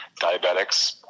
diabetics